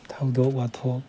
ꯊꯧꯗꯣꯛ ꯋꯥꯊꯣꯛ